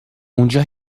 اونجا